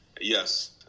Yes